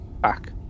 back